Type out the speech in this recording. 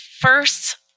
first